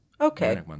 Okay